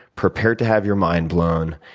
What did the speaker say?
prepare to have your mind blown,